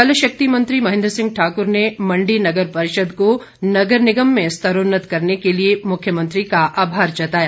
जल शक्ति मंत्री महेन्द्र सिंह ठाकुर ने मण्डी नगर परिषद को नगर निगम में स्तरोन्नत करने के लिए मुख्यमंत्री का आभार जताया